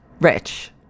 rich